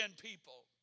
people